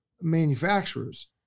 manufacturers